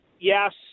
Yes